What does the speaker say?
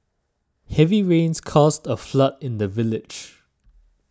heavy rains caused a flood in the village